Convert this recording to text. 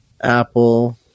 Apple